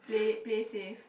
play play safe